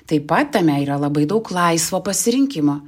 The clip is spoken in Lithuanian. taip pat tame yra labai daug laisvo pasirinkimo